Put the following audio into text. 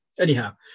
Anyhow